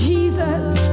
Jesus